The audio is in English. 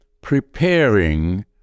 preparing